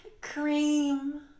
Cream